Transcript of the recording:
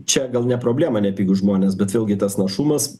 čia gal ne problema nepigūs žmonės bet vėlgi tas našumas